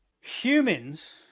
Humans